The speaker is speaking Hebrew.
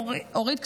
אורית,